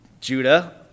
Judah